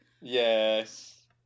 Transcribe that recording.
Yes